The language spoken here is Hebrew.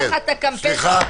סליחה.